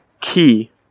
key